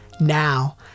Now